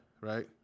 Right